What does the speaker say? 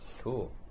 Cool